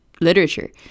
literature